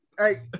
Hey